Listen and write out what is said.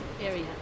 area